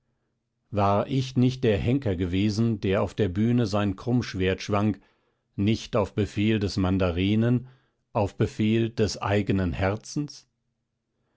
war ich nicht der henker gewesen der auf der bühne sein krummschwert schwang nicht auf befehl des mandarinen auf befehl des eigenen herzens